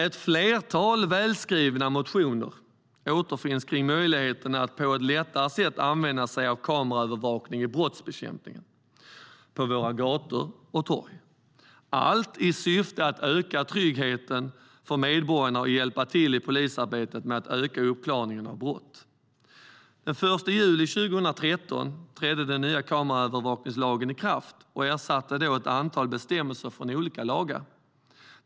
Ett flertal välskrivna motioner återfinns kring möjligheten att på ett lättare sätt använda sig av kameraövervakning i brottsbekämpningen på våra gator och torg - allt i syfte att öka tryggheten för medborgarna och hjälpa till i polisarbetet med att öka uppklaringen av brott. Den 1 juli 2013 trädde den nya kameraövervakningslagen i kraft. Den ersatte då ett antal bestämmelser från olika lagar.